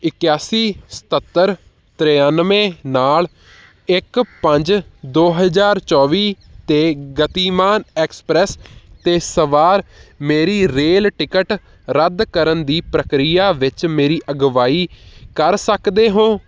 ਇਕਿਆਸੀ ਸਤੱਤਰ ਤਰਿਆਨਵੇਂ ਨਾਲ ਇੱਕ ਪੰਜ ਦੋ ਹਜ਼ਾਰ ਚੌਵੀ ਅਤੇ ਗਤੀਮਾਨ ਐਕਸਪ੍ਰੈੱਸ 'ਤੇ ਸਵਾਰ ਮੇਰੀ ਰੇਲ ਟਿਕਟ ਰੱਦ ਕਰਨ ਦੀ ਪ੍ਰਕਿਰਿਆ ਵਿੱਚ ਮੇਰੀ ਅਗਵਾਈ ਕਰ ਸਕਦੇ ਹੋ